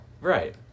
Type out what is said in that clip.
Right